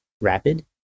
rapid